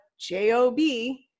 J-O-B